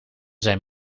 zijn